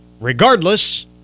Regardless